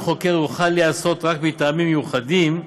חוקר יוכל להיעשות רק מטעמים מיוחדים,